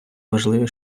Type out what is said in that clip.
важливі